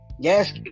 yes